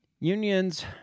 Unions